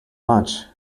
much